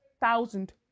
thousand